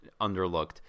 underlooked